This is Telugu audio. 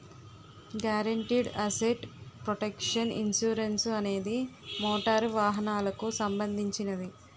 గారెంటీడ్ అసెట్ ప్రొటెక్షన్ ఇన్సురన్సు అనేది మోటారు వాహనాలకు సంబంధించినది